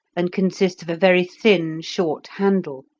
and consist of a very thin short handle,